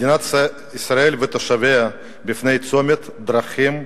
מדינת ישראל ותושביה עומדים בפני צומת דרכים,